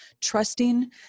trusting